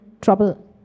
trouble